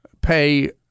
pay